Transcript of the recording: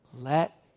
Let